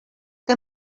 que